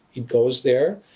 it goes there.